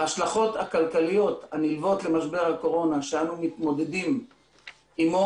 ההשלכות הכלכליות הנלוות למשבר הקורונה שאנו מתמודדים עמו